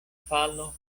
falo